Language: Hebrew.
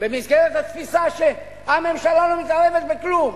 במסגרת התפיסה שהממשלה לא מתערבת בכלום,